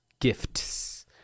gifts